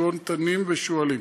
כגון תנים ושועלים.